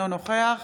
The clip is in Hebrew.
אינו נוכח